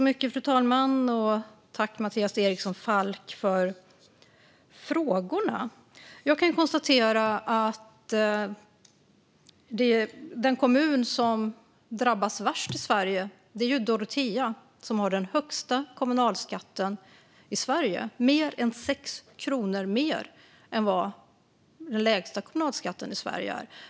Fru talman! Tack, Mattias Eriksson Falk, för frågorna! Jag kan konstatera att den kommun som drabbas värst i Sverige är Dorotea, som har den högsta kommunalskatten i Sverige - mer än 6 kronor mer än den lägsta kommunalskatten.